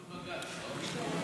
זה בבג"ץ, לא?